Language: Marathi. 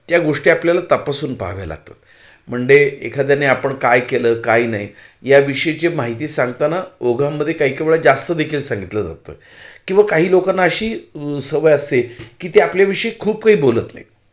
त्या गोष्टी आपल्याला तपासून पाहाव्या लागतात म्हणजे एखाद्याने आपण काय केलं काय नाही या विषयीची माहिती सांगताना ओघामध्ये काही काही वेळा जास्तदेखील सांगितलं जातं किंवा काही लोकांना अशी सवय असते की ते आपल्याविषयी खूप काही बोलत नाहीत